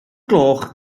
gloch